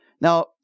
Now